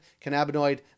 cannabinoid